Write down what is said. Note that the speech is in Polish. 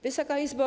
Wysoka Izbo!